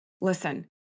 Listen